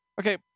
Okay